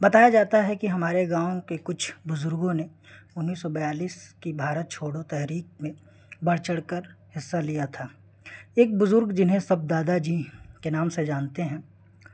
بتایا جاتا ہے کہ ہمارے گاؤں کے کچھ بزرگوں نے انیس سو بیالیس کی بھارت چھوڑوں تحریک میں بڑھ چڑھ کر حصہ لیا تھا ایک بزرگ جنہیں سب دادا جی کے نام سے جانتے ہیں